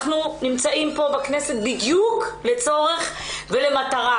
אנחנו נמצאים פה בכנסת בדיוק לצורך ולמטרה,